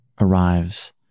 arrives